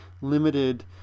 limited